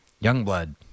Youngblood